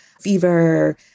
fever